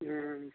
ह्म्म